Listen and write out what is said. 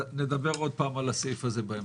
נדבר עוד פעם על הסעיף הזה בהמשך,